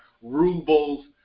Rubles